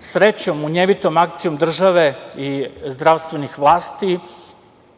Srećom, munjevitom akcijom države i zdravstvenih vlasti